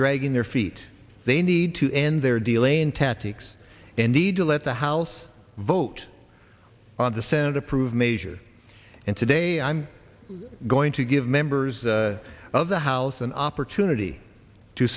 dragging their feet they need to end their dealing tactics and need to let the house vote on the senate approved measure and today i'm going to give members of the house an opportunity to